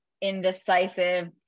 indecisive